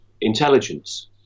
intelligence